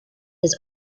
his